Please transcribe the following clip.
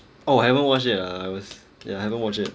oh I haven't watch it yet lah I was ya haven't watch yet